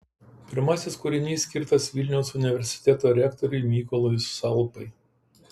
pirmasis kūrinys skirtas vilniaus universiteto rektoriui mykolui salpai